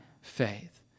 faith